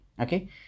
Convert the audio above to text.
okay